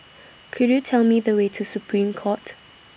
Could YOU Tell Me The Way to Supreme Court